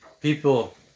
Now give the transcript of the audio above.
People